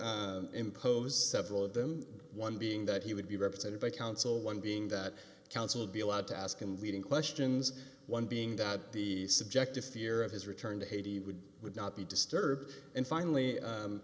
did impose several of them one being that he would be represented by counsel one being that counsel would be allowed to ask and leading questions one being that the subject of fear of his return to haiti would would not be disturbed and finally